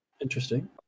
interesting